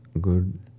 good